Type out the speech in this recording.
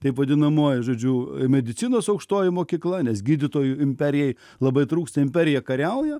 taip vadinamoji žodžiu medicinos aukštoji mokykla nes gydytojų imperijai labai trūksta imperija kariauja